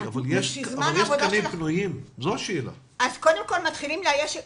זמן העבודה שלה --- השאלה היא האם יש תקנים פנויים?